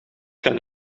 kan